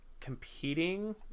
competing